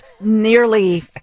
nearly